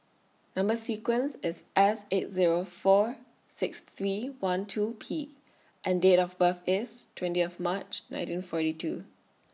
Number sequence IS S eight Zero four six three one two P and Date of birth IS twentieth March nineteen forty two